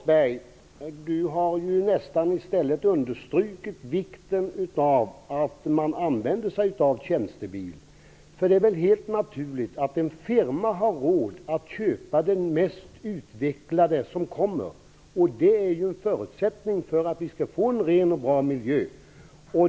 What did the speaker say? Herr talman! Ronny Korsberg har i stället nästan understrukit vikten av att man använder sig av tjänstebil, för det är väl helt naturligt att en firma har råd att köpa det mest utvecklade som kommer, vilket är en förutsättning för att vi skall få en ren och bra miljö.